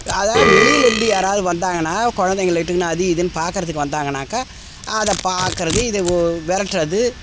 அதாவது வெளியிலேருந்து யாராவது வந்தாங்கன்னா குழந்தைங்கள இட்டுக்குன்னு அது இதுன்னு பார்க்கறதுக்கு வந்தாங்கன்னாக்கா அது பார்க்கறது இதை ஓ விரட்றது